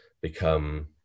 become